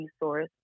resource